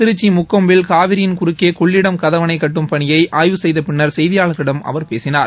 திருச்சி முக்கொம்பில் காவிரியின் குறுக்கே கொள்ளிடம் கதவனை கட்டும் பணியை ஆய்வு செய்த பின்னர் செய்தியாளர்களிடம் அவர் பேசினார்